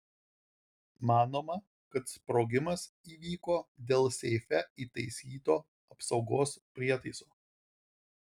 manoma kad sprogimas įvyko dėl seife įtaisyto apsaugos prietaiso